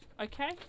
Okay